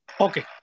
Okay